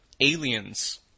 Aliens